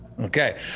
Okay